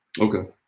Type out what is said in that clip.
Okay